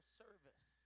service